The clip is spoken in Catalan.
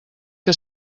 que